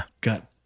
got